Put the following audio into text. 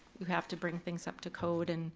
you have to bring things up to code, and